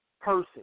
person